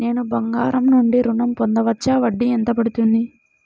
నేను బంగారం నుండి ఋణం పొందవచ్చా? వడ్డీ ఎంత పడుతుంది?